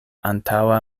antaŭa